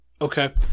Okay